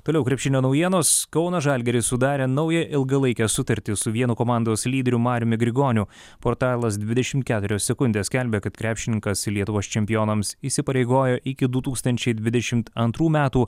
toliau krepšinio naujienos kauno žalgiris sudarė naują ilgalaikę sutartį su vienu komandos lyderiu mariumi grigoniu portalas dvidešim keturios sekundės skelbia kad krepšininkas lietuvos čempionams įsipareigojo iki du tūkstančiai dvidešimt antrų metų